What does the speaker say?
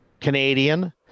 canadian